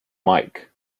mike